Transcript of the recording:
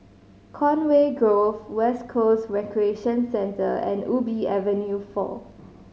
Conway Grove West Coast Recreation Centre and Ubi Avenue Four